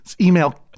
email